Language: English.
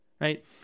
right